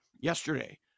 yesterday